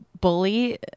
Bully